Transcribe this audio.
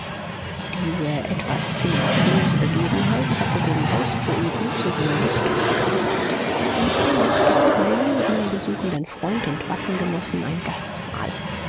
diese etwas philiströse begebenheit hatte den hauspoeten zu seiner dichtung begeistert ein könig gibt einem ihn besuchenden freund und waffengenossen ein gastmahl